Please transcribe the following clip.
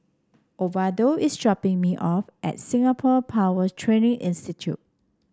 Osvaldo is dropping me off at Singapore Power Training Institute